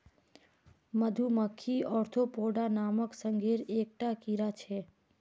मधुमक्खी ओर्थोपोडा नामक संघेर एक टा कीड़ा छे